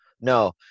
No